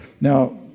Now